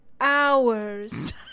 hours